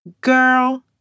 Girl